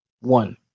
one